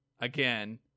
Again